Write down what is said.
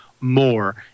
more